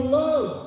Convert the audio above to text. love